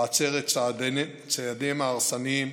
להצר את צעדיהן ההרסניים